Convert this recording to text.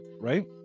right